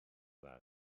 dda